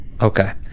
Okay